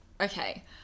okay